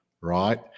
right